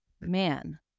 man